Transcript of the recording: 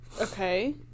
Okay